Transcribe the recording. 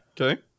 Okay